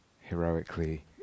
heroically